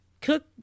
Cook